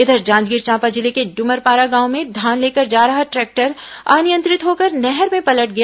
इधर जांजगीर चांपा जिले के ड्मरपारा गांव में धान लेकर जा रहा ट्रैक्टर अनियंत्रित होकर नहर में पलट गया